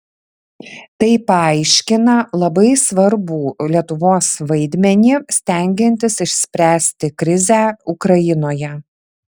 tai paaiškina labai svarbų lietuvos vaidmenį stengiantis išspręsti krizę ukrainoje